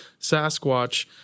Sasquatch